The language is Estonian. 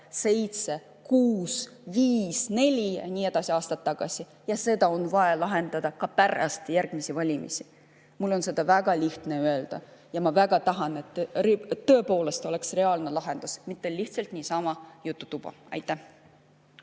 viis, neli ja nii edasi aastat tagasi. Ja seda on vaja lahendada ka pärast järgmisi valimisi. Mul on seda väga lihtne öelda. Ja ma väga tahaksin, et siin tõepoolest oleks reaalne lahendus, mitte lihtsalt niisama jututuba. Aitäh